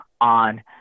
on